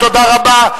תודה רבה.